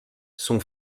son